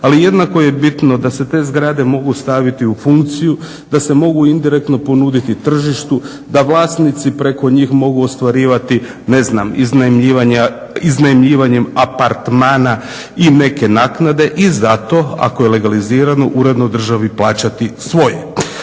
Ali jednako je bitno da se te zgrade mogu staviti u funkciju, da se mogu indirektno ponuditi tržištu, da vlasnici preko njih mogu ostvarivati ne znam iznajmljivanjem apartmana i neke naknade i zato ako je legalizirano uredno državi plaćati svoje.